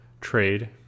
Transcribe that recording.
trade